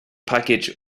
package